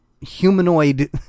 humanoid